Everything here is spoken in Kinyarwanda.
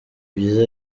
byiza